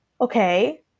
okay